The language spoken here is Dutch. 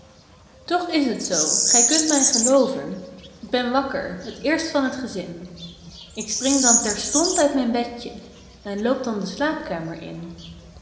toch is t zoo gij kunt mij gelooven k ben wakker het eerst van t gezin ik spring dan terstond uit mijn bedje en loop dan de slaapkamer in